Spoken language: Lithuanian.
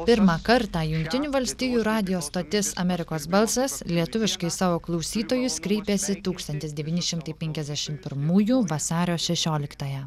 pirmą kartą jungtinių valstijų radijo stotis amerikos balsas lietuviškai savo klausytojus kreipėsi tūkstantis devyni šimtai penkiasdešimt pirmųjų vasario šešioliktąją